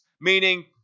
meaning